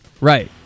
Right